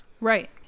Right